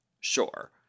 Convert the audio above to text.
Sure